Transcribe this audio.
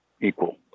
equal